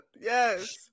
Yes